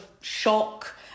shock